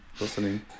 listening